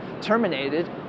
terminated